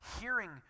hearing